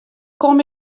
kom